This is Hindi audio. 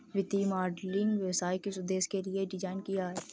वित्तीय मॉडलिंग व्यवसाय किस उद्देश्य के लिए डिज़ाइन किया गया है?